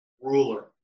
ruler